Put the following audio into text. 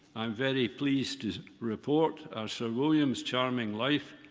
i'm very pleased to report, are sir william's charming life.